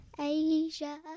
Asia